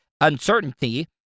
uncertainty